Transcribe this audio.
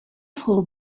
who